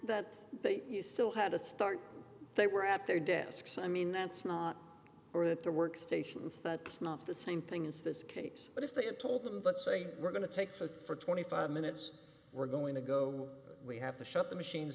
that they you still had to start they were at their desks i mean that's not or that the work stations but not the same thing as this case but if they had told them let's say we're going to take for twenty five minutes we're going to go we have to shut the machines